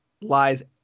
lies